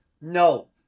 No